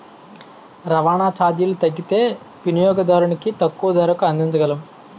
రవాణా చార్జీలు తగ్గితే వినియోగదానికి తక్కువ ధరకు అందించగలము